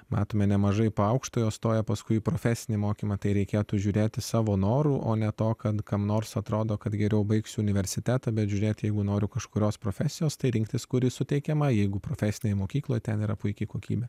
matome nemažaipo aukštojo stoja paskui profesinį mokymą tai reikėtų žiūrėti savo noru o ne to kad kam nors atrodo kad geriau baigsiu universitetą bet žiūrėti jeigu noriu kažkurios profesijos tai rinktis kuri suteikiama jeigu profesinėje mokykloje ten yra puiki kokybė